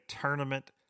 tournament